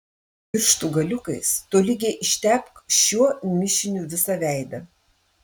pirštų galiukais tolygiai ištepk šiuo mišiniu visą veidą